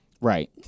Right